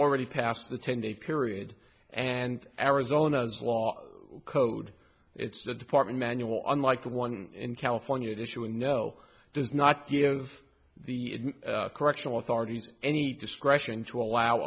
already past the ten day period and arizona's law code it's the department manual unlike the one in california the issue of no does not give the correctional authorities any discretion to allow